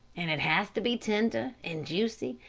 and it has to be tender, and juicy,